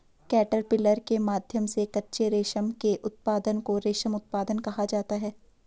caterpillar के माध्यम से कच्चे रेशम के उत्पादन को रेशम उत्पादन कहा जाता है